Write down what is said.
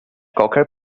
qualquer